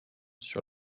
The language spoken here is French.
sur